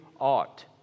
ought